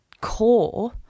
core